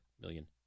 million